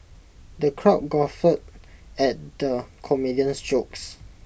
the crowd guffawed at the comedian's jokes